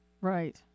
Right